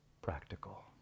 practical